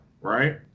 right